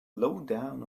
lowdown